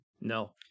no